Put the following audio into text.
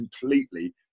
completely